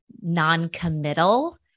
non-committal